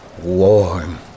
Warm